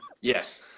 Yes